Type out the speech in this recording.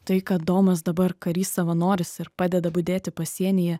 tai kad domas dabar karys savanoris ir padeda budėti pasienyje